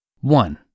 One